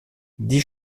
die